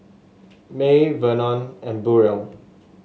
May Vernon and Burrel